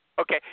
Okay